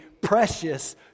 precious